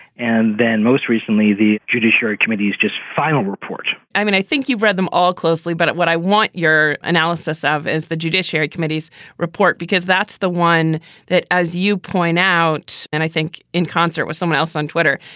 and then most recently, the judiciary committee's just final report i mean, i think you've read them all closely. but what i want your analysis of is the judiciary committee's report, because that's the one that, as you point out and i think in concert with someone else on twitter,